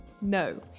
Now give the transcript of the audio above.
No